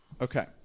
Okay